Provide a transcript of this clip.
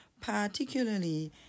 particularly